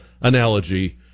analogy